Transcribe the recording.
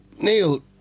Neil